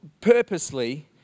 purposely